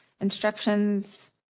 instructions